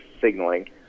signaling